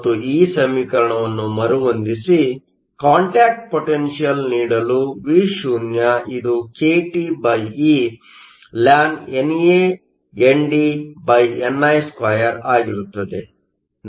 ಮತ್ತು ಈ ಸಮೀಕರಣವನ್ನು ಮರುಹೊಂದಿಸಿ ಕಾಂಟ್ಯಾಕ್ಟ್ ಪೊಟೆನ್ಷಿಯಲ್Contact potential ನೀಡಲು V0 ಇದು kTe lnNANDni2 ಆಗಿರುತ್ತದೆ